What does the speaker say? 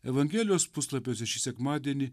evangelijos puslapiuose šį sekmadienį